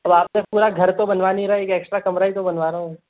अब आपसे पूरा घर तो बनवा नहीं रहा एक ऐक्स्ट्रा कमरा ही तो बनवा रहा हूँ